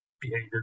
behavior